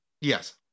Yes